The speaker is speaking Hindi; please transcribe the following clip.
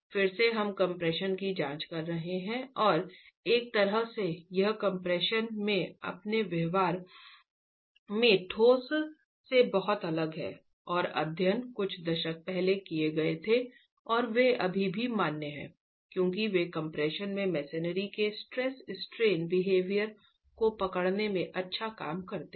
फिर से हम कम्प्रेशन की जांच कर रहे हैं और एक तरह से यह कम्प्रेशन में अपने व्यवहार में ठोस से बहुत अलग नहीं है और अध्ययन कुछ दशक पहले किए गए थे और वे अभी भी मान्य हैं क्योंकि वे कम्प्रेशन में मसनरी के स्ट्रेस स्ट्रेन व्यवहार को पकड़ने में एक अच्छा काम करते हैं